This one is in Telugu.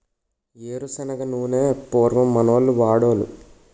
ఏరు శనగ నూనె పూర్వం మనోళ్లు వాడోలు